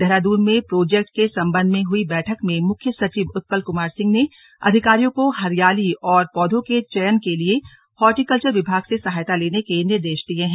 देहरादून में प्रोजेक्ट के संबंध में हुई बैठक में मुख्य सचिव उत्पल कुमार सिंह ने अधिकारियों को हरियाली और पौधों के चयन के लिए हॉर्टिकल्चर विभाग से सहायता लेने के निर्देश दिये हैं